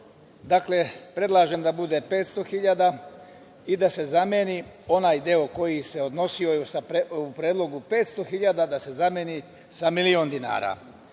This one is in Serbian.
Dakle, predlažem da bude 500.000 i da se zameni onaj deo koji se odnosio u predlogu 500.000 da se zameni sa 1.000.000,00 dinara.